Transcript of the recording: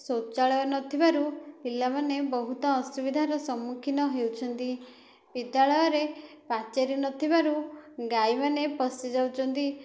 ଶୌଚାଳୟ ନଥିବାରୁ ପିଲାମାନେ ବହୁତ ଅସୁବିଧାର ସମ୍ମୁଖୀନ ହେଉଛନ୍ତି ବିଦ୍ୟାଳୟରେ ପାଚେରୀ ନଥିବାରୁ ଗାଈ ମାନେ ପଶି ଯାଉଛନ୍ତି